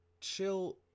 chill